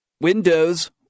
Windows